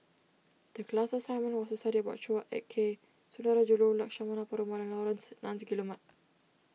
the class assignment was to study about Chua Ek Kay Sundarajulu Lakshmana Perumal and Laurence Nunns Guillemard